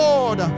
Lord